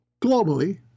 globally